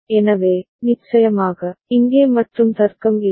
எனவே நிச்சயமாக இங்கே மற்றும் தர்க்கம் இல்லை